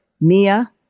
Mia